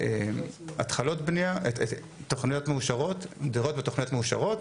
דירות ותוכניות מאושרות,